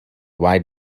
wide